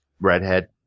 redhead